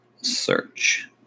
search